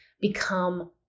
become